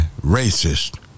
racist